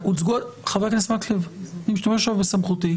חבר הכנסת מקלב אני משתמש היום בסמכותי,